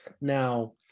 now